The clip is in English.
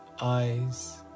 eyes